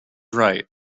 right